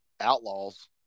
Outlaws